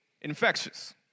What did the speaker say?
infectious